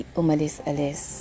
umalis-alis